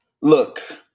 look